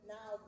Now